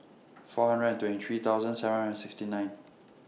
four hundred and twenty three thousand seven hundred and sixty nine